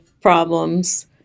problems